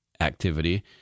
activity